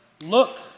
look